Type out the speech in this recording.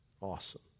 Awesome